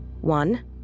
One